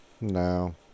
no